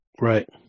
Right